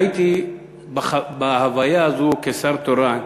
הייתי בהוויה הזו כשר תורן,